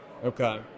Okay